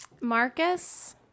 Marcus